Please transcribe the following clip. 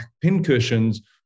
pincushions